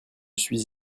suis